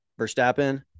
Verstappen